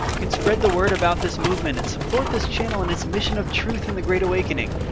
can spread the word about this movement and support this channel and its mission of truth in the great awakening.